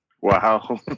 Wow